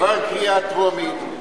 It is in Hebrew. עבר קריאה טרומית,